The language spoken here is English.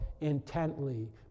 intently